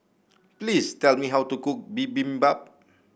please tell me how to cook Bibimbap